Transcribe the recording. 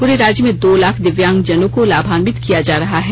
पूरे राज्य में दो लाख दिव्यांग जनों को लाभान्वित किया जा रहा है